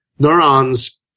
neurons